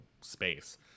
space